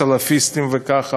סלפיסטים וכך הלאה,